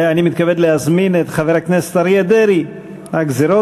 אני מתכבד להזמין את חבר הכנסת אריה דרעי: הגזירות